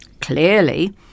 Clearly